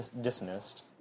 dismissed